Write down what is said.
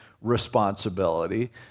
responsibility